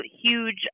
huge